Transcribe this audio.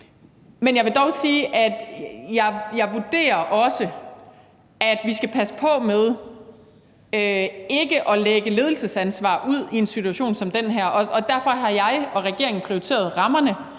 Men jeg vil dog sige, at jeg også vurderer, at vi skal passe på med ikke at lægge ledelsesansvaret ud i en situation som den her, og derfor har jeg og regeringen prioriteret rammerne.